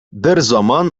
берзаман